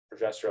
progesterone